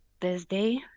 Thursday